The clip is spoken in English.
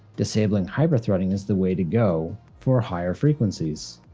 disabling hyper-threading is the way to go for higher frequencies.